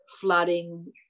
flooding